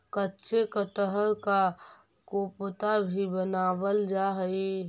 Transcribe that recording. कच्चे कटहल का कोफ्ता भी बनावाल जा हई